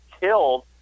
killed